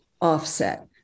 offset